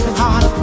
heart